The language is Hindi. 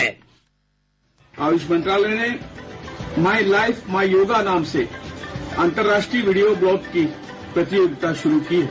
साउंड बाईट आयुष मंत्रालय ने माई लाइफ माई योगा नाम से अंतरराष्ट्रीय वीडियो ब्लॉग की प्रतियोगिता शुरू की है